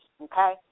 okay